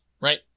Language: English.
Right